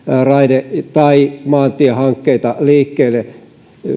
raide tai maantiehankkeita liikkeelle